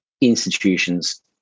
institutions